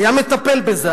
היה מטפל בזה,